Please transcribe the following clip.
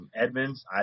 Edmonds